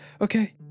okay